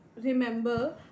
remember